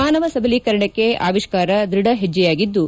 ಮಾನವ ಸಬಲೀಕರಣಕ್ಕೆ ಆವಿಷ್ಕಾರ ದೃಢ ಹೆಜ್ಜೆಯಾಗಿದ್ದು